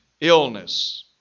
illness